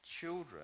children